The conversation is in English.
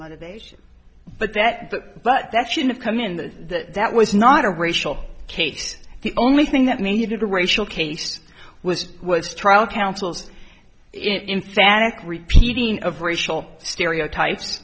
motivation but that but but that should have come in the that that was not a racial case the only thing that made it a racial case was it was trial councils in fact repeating of racial stereotypes